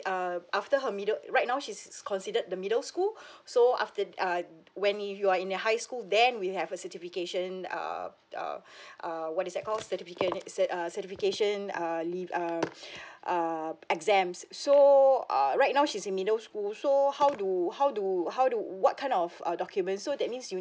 uh after her middle right now she's considered the middle school so after err when if you are in the high school then we'll have a certification err err err what is that called certificat~ uh certification uh leave uh uh exams so err right now she's in middle school so how do how do how do what kind of uh document so that means you